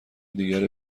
دیگر